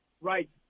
right